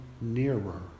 nearer